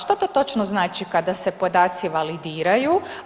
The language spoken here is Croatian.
Što to točno znači kada se podaci validiraju?